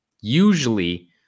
Usually